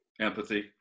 Empathy